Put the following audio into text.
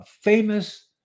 famous